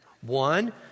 One